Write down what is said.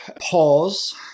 pause